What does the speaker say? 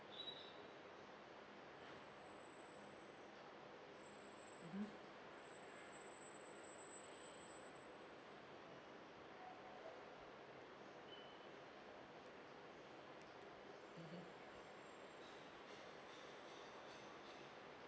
mmhmm mmhmm